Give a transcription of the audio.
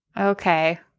Okay